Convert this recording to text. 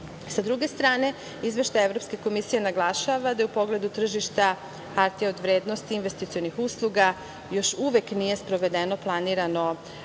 druge strane, izveštaj Evropske komisije naglašava da je u pogledu tržišta HOV investicionih usluga još uvek nije sprovedeno planirano